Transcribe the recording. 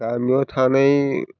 गामियाव थानाय